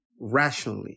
rationally